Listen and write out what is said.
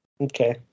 Okay